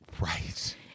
Right